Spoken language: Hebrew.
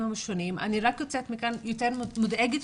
השונים אני רק יוצאת מכאן יותר מודאגת,